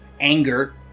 anger